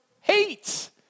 hates